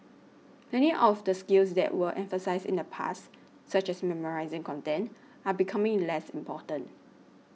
many of the skills that were emphasised in the past such as memorising content are becoming less important